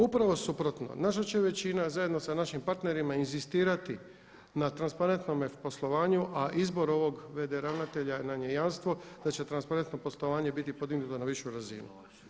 Upravo suprotno naša će većina zajedno sa našim partnerima inzistirati na transparentnome poslovanju a izbor ovog VD ravnatelja naj je jamstvo da će transparentno poslovanje biti podignuto na višu razinu.